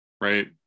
right